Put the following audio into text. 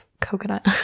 coconut